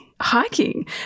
hiking